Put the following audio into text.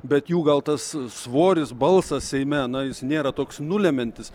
bet jų gal tas svoris balsas seime na jis nėra toks nulemiantis